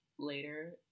Later